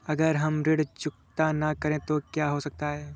अगर हम ऋण चुकता न करें तो क्या हो सकता है?